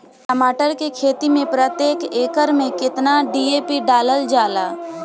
टमाटर के खेती मे प्रतेक एकड़ में केतना डी.ए.पी डालल जाला?